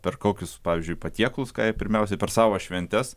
per kokius pavyzdžiui patiekalus ką jie pirmiausiai per savo šventes